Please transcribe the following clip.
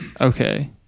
okay